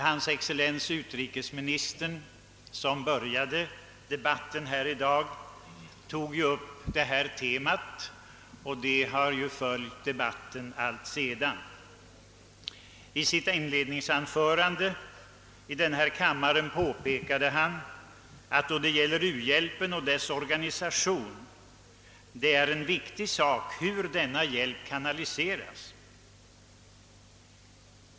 Hans excellens utrikesministern som inledde debatten i dag tog upp detta tema, och det har följt debatten allt sedan. I sitt inledningsanförande i denna kammare påpekade utrikesministern att det är viktigt hur u-hjälpen kanaliseras och organiseras.